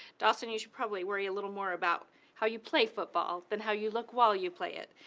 dawson, you should probably worry a little more about how you play football than how you look while you play it.